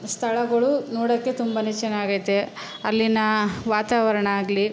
ಸ್ಥಳಗಳು ನೋಡೋಕೆ ತುಂಬನೇ ಚೆನ್ನಾಗೈತೆ ಅಲ್ಲಿನ ವಾತಾವರಣ ಆಗಲಿ